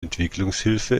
entwicklungshilfe